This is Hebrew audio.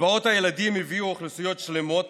קצבאות הילדים הביאו אוכלוסיות שלמות